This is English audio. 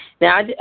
Now